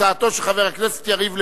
הצעתו של חבר הכנסת יריב לוין.